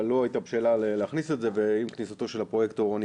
אבל לא הייתה בשלה להכניס את זה ועם כניסתו של הפרויקטור רוני